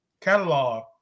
catalog